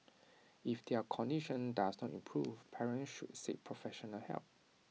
if their condition does not improve parents should seek professional help